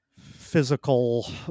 physical